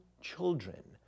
children